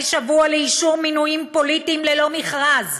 שבוע לאישור מינויים פוליטיים ללא מכרז,